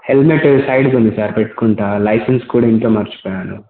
helmet సైడ్కుంది sir పెట్టుకుంటా licence కూడా ఇంట్లో మర్చిపోయాను